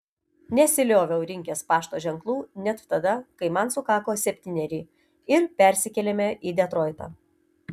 nesilioviau rinkęs pašto ženklų net tada kai man sukako septyneri ir persikėlėme į detroitą